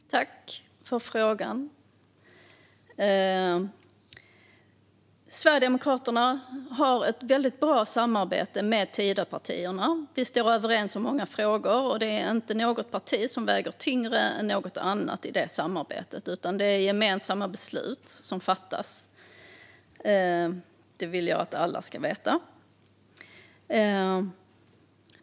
Fru talman! Jag tackar ledamoten för frågan. Sverigedemokraterna har ett väldigt bra samarbete med Tidöpartierna. Vi är överens i många frågor, och inget parti väger tyngre än något annat i det samarbetet. Det är gemensamma beslut som fattas. Det vill jag att alla ska veta.